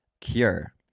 Cure